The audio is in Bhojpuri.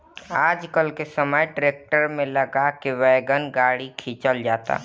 आजकल के समय ट्रैक्टर में लगा के वैगन गाड़ी खिंचल जाता